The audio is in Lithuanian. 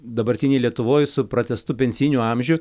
dabartinėj lietuvoj su pratęstu pensiniu amžiu